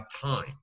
time